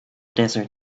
desert